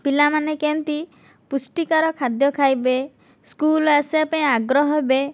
ପିଲାମାନେ କେମିତି ପୁଷ୍ଟିକର ଖାଦ୍ୟ ଖାଇବେ ସ୍କୁଲ୍ ଆସିବା ପାଇଁ ଆଗ୍ରହ ହେବେ